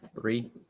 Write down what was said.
three